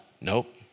Nope